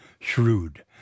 shrewd